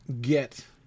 get